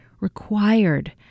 required